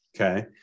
Okay